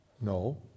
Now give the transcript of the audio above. No